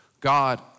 God